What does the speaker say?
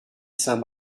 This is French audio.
saint